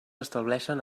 estableixen